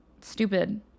stupid